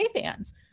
fans